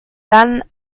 dann